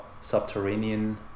Subterranean